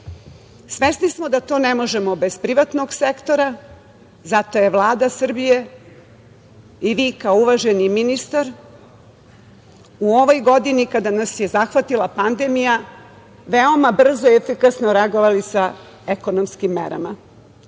Svesni smo da to ne možemo bez privatnog sektora, zato je Vlada Srbije i vi kao uvaženi ministar, u ovoj godini kada nas je zahvatila pandemija, veoma brzo i efikasno reagovali sa ekonomskim merama.